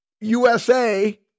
USA